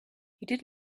you